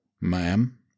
Ma'am